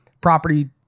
property